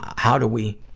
how do we,